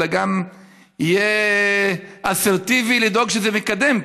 אלא גם יהיה אסרטיבי בלדאוג שזה מקדם,